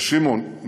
אז שמעון,